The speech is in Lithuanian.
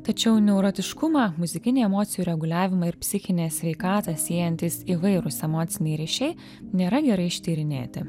tačiau neurotiškumą muzikinį emocijų reguliavimą ir psichinę sveikatą siejantys įvairūs emociniai ryšiai nėra gerai ištyrinėti